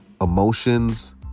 emotions